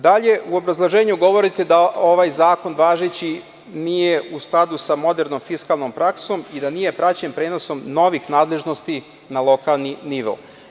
Dalje, u obrazloženju govorite da ovaj važeći zakon nije u skladu sa modernom fiskalnom praksom i da nije praćen prenosom novih nadležnosti na lokalni nivo.